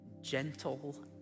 gentle